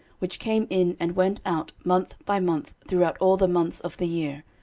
which came in and went out month by month throughout all the months of the year,